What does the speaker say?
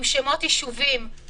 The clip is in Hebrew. עם שמות ישובים,